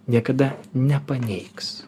niekada nepaneigs